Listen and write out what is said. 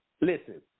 listen